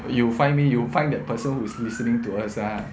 you find me you find that person who is listening to us ah